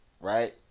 right